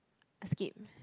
skip